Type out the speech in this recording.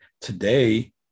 today